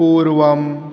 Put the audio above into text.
पूर्वम्